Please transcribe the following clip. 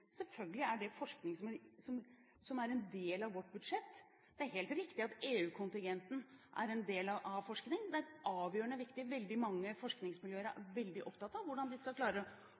Selvfølgelig er det forskning som er en del av vårt budsjett. Det er helt riktig at EU-kontingenten er en del av forskningen. Det er avgjørende viktig. Veldig mange forskningsmiljøer er veldig opptatt av hvordan de skal klare